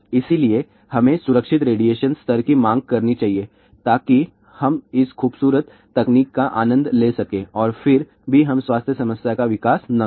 इसलिए हमें सुरक्षित रेडिएशन स्तर की मांग करनी चाहिए ताकि हम इस खूबसूरत तकनीक का आनंद ले सकें और फिर भी हम स्वास्थ्य समस्या का विकास न करें